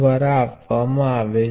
ધારોકે Rm2 kΩ છે